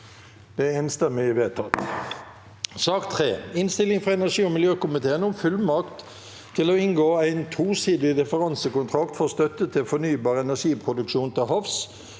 nr. 3, debattert 14. juni 2023 Innstilling fra energi- og miljøkomiteen om Fullmakt til å inngå ein tosidig differansekontrakt for støtte til fornybar energiproduksjon til havs